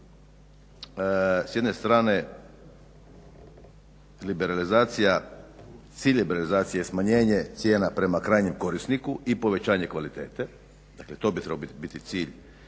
liberalizacija, cilj je liberalizacije smanjenje cijena prema krajnjem korisniku i povećanje kvalitete. Dakle, to bi trebao biti cilj